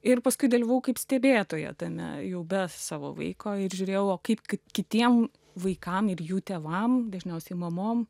ir paskui dalyvavau kaip stebėtoja tame jau be savo vaiko ir žiūrėjauo kaip kaip kitiem vaikam ir jų tėvam dažniausiai mamom